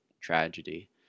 tragedy